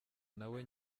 nawe